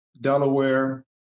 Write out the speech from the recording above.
Delaware